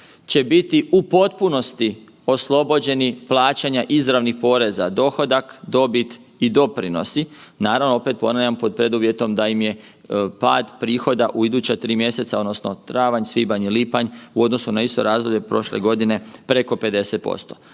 će biti u potpunosti oslobođeni plaćanja izravnih poreza, dohodak, dobit i doprinosi. Naravno, opet ponavljam pod preduvjetom da im je pad prihoda u iduća 3 mjeseca odnosno travanj, svibanj i lipanj u odnosu na isto razdoblje prošle godine preko 50%.